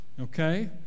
Okay